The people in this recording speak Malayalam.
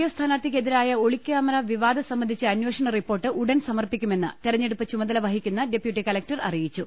എഫ് സ്ഥാനാർത്ഥിക്കെതിരായ ഒളിക്യാമറ വിവാദം സംബന്ധിച്ച് അന്വേഷണ റിപ്പോർട്ട് ഉടൻ സമർപ്പിക്കുമെന്ന് തെരഞ്ഞെടുപ്പ് ചുമതല വഹിക്കുന്ന ഡെപ്യൂട്ടി കല്കടർ അറിയിച്ചു